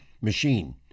machine